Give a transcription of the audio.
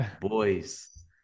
boys